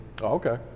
Okay